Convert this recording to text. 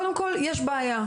קודם כל, יש בעיה.